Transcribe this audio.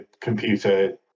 computer